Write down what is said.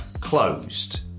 closed